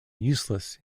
useless